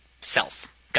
Self